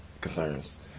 concerns